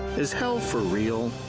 is hell for real?